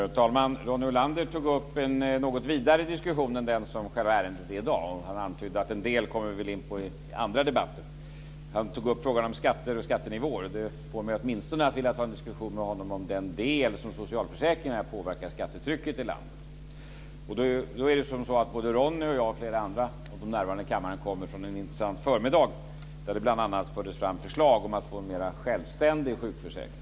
Fru talman! Ronny Olander tog upp en något vidare diskussion och gick ifrån det ärende som debatteras i dag. Han antydde att vi kommer in på en del i andra debatter. Han tog upp frågan om skatter och skattenivåer, och det får mig att vilja ta en diskussion med honom åtminstone vad gäller socialförsäkringarnas påverkan på skattetrycket i landet. Både Ronny och jag och flera andra av de som är närvarande i kammaren kommer från en intressant utfrågning som hölls under förmiddagen, där det bl.a. fördes fram förslag om en mera självständig sjukförsäkring.